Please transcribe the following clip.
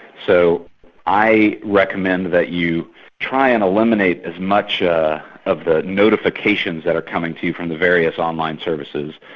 so i recommend that you try and eliminate as much of the notifications that are coming to you from the various online services,